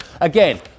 Again